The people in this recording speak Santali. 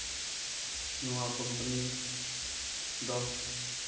ᱱᱚᱣᱟ ᱠᱳᱢᱯᱟᱱᱤ ᱫᱚ